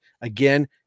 again